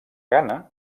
ghana